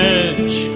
edge